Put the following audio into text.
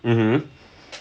mmhmm